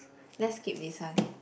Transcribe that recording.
let's skip this one